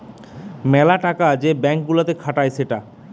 মেলা টাকা যে ব্যাঙ্ক গুলাতে খাটায় সেটা